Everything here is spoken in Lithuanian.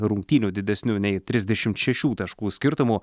rungtynių didesniu nei trisdešimt šešių taškų skirtumu